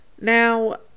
Now